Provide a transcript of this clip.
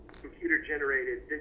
computer-generated